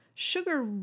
Sugar